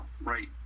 right